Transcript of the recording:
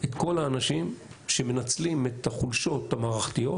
את כל האנשים שמנצלים את החולשות המערכתיות,